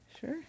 Sure